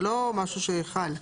זה לא משהו שחל.